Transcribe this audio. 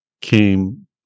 came